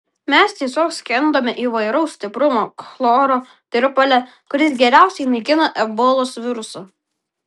mes tiesiog skendome įvairaus stiprumo chloro tirpale kuris geriausiai naikina ebolos virusą